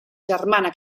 germana